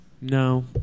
No